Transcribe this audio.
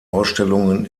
ausstellungen